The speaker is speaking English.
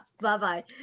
Bye-bye